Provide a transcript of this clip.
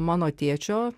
mano tėčio